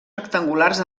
rectangulars